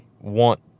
want